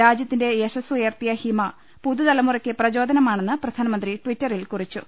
രാജ്യത്തിന്റെ യശസ്സു യർത്തിയ ഹിമ പുതു തലമുറക്ക് പ്രചോദനമാണെന്ന് പ്രധാനമന്ത്രി ടിറ്ററിൽ കുറിച്ചു